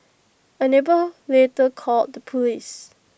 A neighbour later called the Police